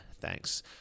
thanks